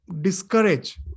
discourage